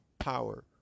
Power